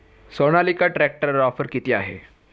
सोनालिका ट्रॅक्टरवर ऑफर किती आहे?